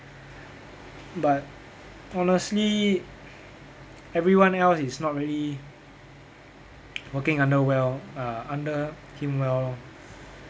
but honestly everyone else is not really working under well uh under him well lor